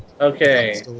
Okay